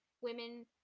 women